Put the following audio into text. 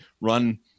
run